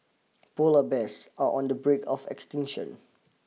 polar bears are on the brink of extinction